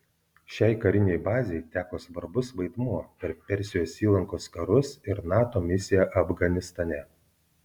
šiai karinei bazei teko svarbus vaidmuo per persijos įlankos karus ir nato misiją afganistane